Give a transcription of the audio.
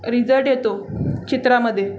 result येतो चित्रामध्ये